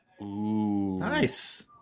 Nice